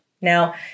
Now